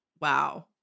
wow